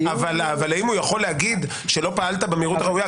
האם הוא יכול להגיד שלא פעלת במהירות הראויה,